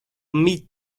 meat